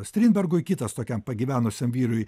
strindbergui kitas tokiam pagyvenusiam vyrui